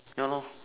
ya